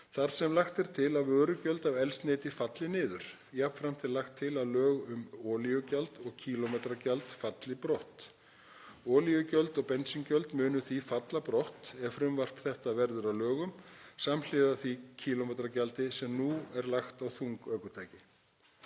þar sem lagt er til að vörugjöld af eldsneyti falli niður. Jafnframt er lagt til að lög um olíugjald og kílómetragjald falli brott. Olíugjöld og bensíngjöld munu því falla brott ef frumvarp þetta verður að lögum samhliða því kílómetragjaldi sem nú er lagt á þung ökutæki.